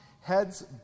heads